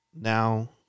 now